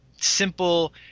simple